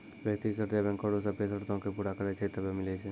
व्यक्तिगत कर्जा बैंको रो सभ्भे सरतो के पूरा करै छै तबै मिलै छै